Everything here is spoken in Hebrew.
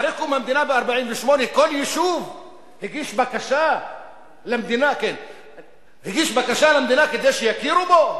אחרי קום המדינה ב-1948 כל יישוב הגיש בקשה למדינה כדי שיכירו בו?